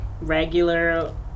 regular